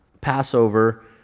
Passover